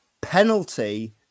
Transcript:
penalty